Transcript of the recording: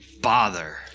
bother